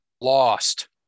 lost